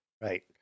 Right